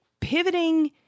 pivoting